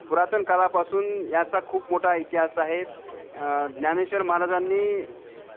पुरातन कालापासून याचा खूप मोठा इतिहास आहे ज्ञानेश्वर महाराजांनी